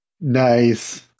Nice